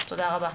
אז תודה רבה.